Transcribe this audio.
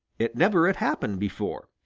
it never had happened before.